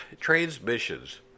Transmissions